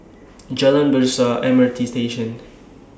Jalan Besar M R T Station